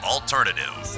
Alternative